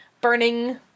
burning